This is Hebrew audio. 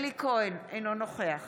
אינו נוכח